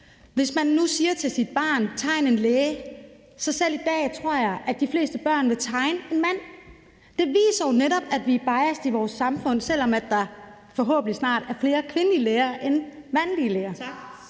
Hvis man nu siger til sit barn: Tegn en læge – så tror jeg, at de fleste børn selv i dag vil tegne en mand. Det viser jo netop, at vi er biased i vores samfund, selv om der forhåbentlig snart vil være flere kvindelige læger end mandlige læger.